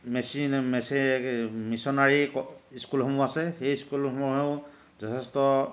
missionary স্কুলসমূহ আছে সেই স্কুলসমূহেও যথেষ্ট